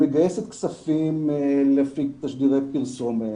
שמגייסת כספים להפעיל תשדירי פרסומת,